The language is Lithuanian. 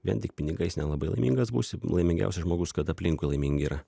vien tik pinigais nelabai laimingas būsi laimingiausias žmogus kad aplinkui laimingi yra